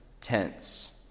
tense